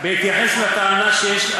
בהתייחס לטענה שיש,